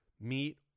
meet